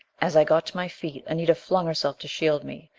as i got to my feet, anita flung herself to shield me.